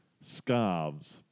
scarves